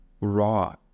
raw